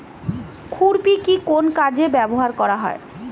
খুরপি কি কোন কাজে ব্যবহার করা হয়?